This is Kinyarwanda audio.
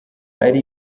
ari